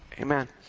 Amen